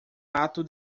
ato